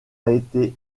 été